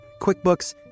QuickBooks